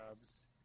jobs